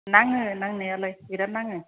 नाङो नांनायालाय बिराद नाङो